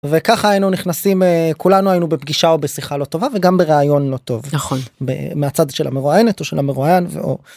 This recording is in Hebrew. וככה היינו נכנסים כולנו היינו בפגישה או בשיחה לא טובה וגם בראיון לא טוב נכון מהצד של המרואיינת או של המרואיין.